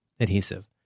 adhesive